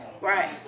Right